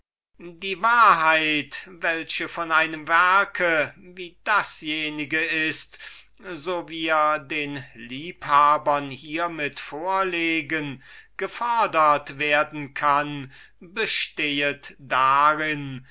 die wahrheit welche von einem werke wie dasjenige so wir den liebhabern hiemit vorlegen gefodert werden kann und soll bestehet darin